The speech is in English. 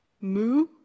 Moo